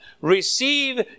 receive